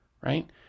right